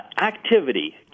Activity